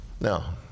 Now